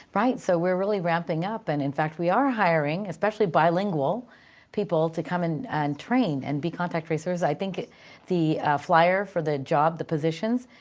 right. so we're really ramping up, and in fact, we are hiring, especially bilingual people to come in and train and be contact tracers. i think the flyer for the job, the positions,